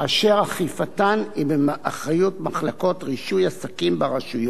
שאכיפתן היא באחריות מחלקות רישוי עסקים ברשויות